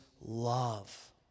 love